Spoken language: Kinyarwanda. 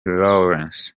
lawrence